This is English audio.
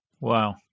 Wow